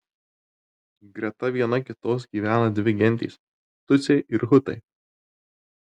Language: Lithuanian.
greta viena kitos gyvena dvi gentys tutsiai ir hutai